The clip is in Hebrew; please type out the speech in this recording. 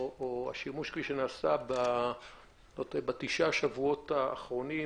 או השימוש כפי שנעשה בתשעת השבועות האחרונים,